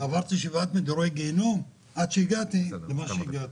שעברתי שבעת מדורי גיהינום עד שהגעתי למה שהגעתי.